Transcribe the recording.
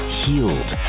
healed